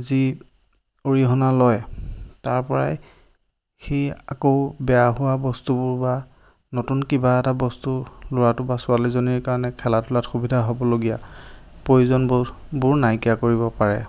যি অৰিহণা লয় তাৰপৰাই সেই আকৌ বেয়া হোৱা বস্তুবোৰ বা নতুন কিবা এটা বস্তু ল'ৰাটোৰ বা ছোৱালীজনীৰ কাৰণে খেলা ধূলাত সুবিধা হ'বলগীয়া প্ৰয়োজনবোধবোৰ নাইকীয়া কৰিব পাৰে